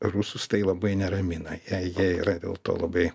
rusus tai labai neramina jei jie yra dėl to labai